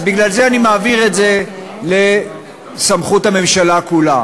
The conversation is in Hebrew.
אז בגלל זה אני מעביר את זה לסמכות הממשלה כולה.